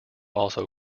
also